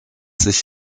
sich